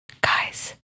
Guys